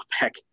back